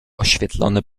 oświetlony